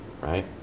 right